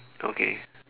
okay